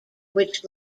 which